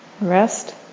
rest